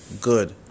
Good